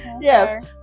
yes